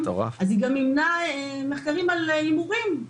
היא גם מימנה מחקרים על הימורים.